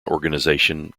organization